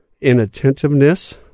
inattentiveness